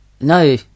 No